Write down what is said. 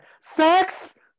sex